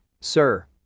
sir